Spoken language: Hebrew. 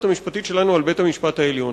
המשפטית שלנו על בית-המשפט העליון.